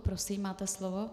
Prosím, máte slovo.